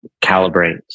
calibrate